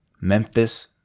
memphis